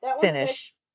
Finish